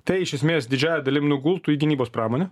tai iš esmės didžiąja dalim nugultų į gynybos pramonę